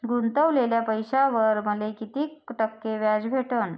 गुतवलेल्या पैशावर मले कितीक टक्के व्याज भेटन?